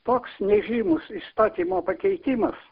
toks nežymus įstatymo pakeitimas